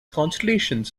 collections